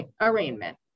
arraignment